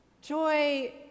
joy